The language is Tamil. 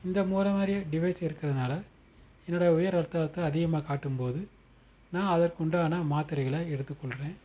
இந்த முறை மாதிரி டிவைஸ் இருக்கிறதுனால என்னோடய உயர் ரத்த அழுத்தம் அதிகமாக காட்டும்போது நான் அதற்குண்டான மாத்திரைகளை எடுத்துக்கொள்கிறேன்